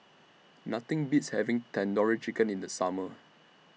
Nothing Beats having Tandoori Chicken in The Summer